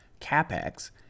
CAPEX